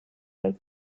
der